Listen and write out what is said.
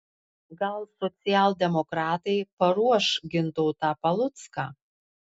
gal socialdemokratai paruoš gintautą palucką